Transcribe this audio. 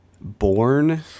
born